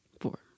Four